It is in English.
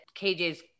KJ's